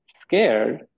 scared